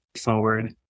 forward